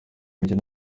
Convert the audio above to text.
mikino